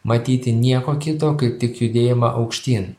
matyti nieko kito kaip tik judėjimą aukštyn